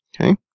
Okay